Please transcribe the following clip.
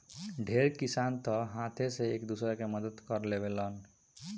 ढेर किसान तअ हाथे से एक दूसरा के मदद कअ लेवेलेन